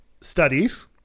studies